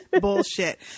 bullshit